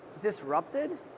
disrupted